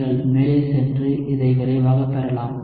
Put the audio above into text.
நீங்கள் மேலே சென்று இதை விரைவாக பெறலாம்